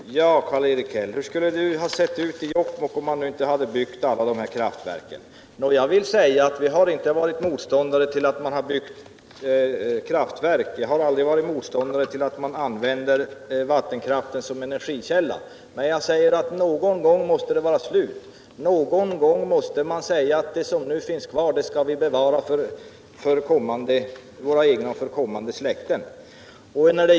Herr talman! Ja, Karl-Erik Häll, hur skulle det ha sett ut i Jokkmokk om man inte hade byggt alla de här kraftverken? Jag har inte varit motståndare till att man byggt kraftverk, och jag har aldrig varit motståndare till att man använder vattenkraft som energikälla. Men någon gång måste det vara slut! Någon gång måste man säga att de forsar som nu finns kvar skall vi bevara för vårt eget och kommande släkten.